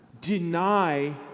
deny